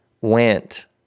went